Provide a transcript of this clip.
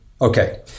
Okay